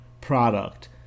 product